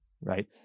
right